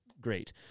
great